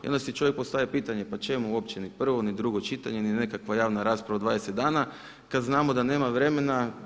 I onda si čovjek postavlja pitanje pa čemu uopće ni prvo, ni drugo čitanje, ni nekakva javna rasprava od 20 dana kad znamo da nema vremena.